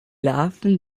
larven